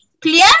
Clear